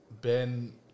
Ben